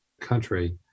country